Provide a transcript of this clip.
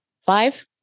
five